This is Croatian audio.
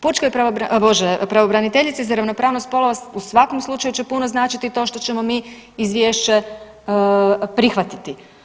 Pravobraniteljici za ravnopravnost spolova u svakom slučaju će puno značiti to što ćemo mi izvješće prihvatiti.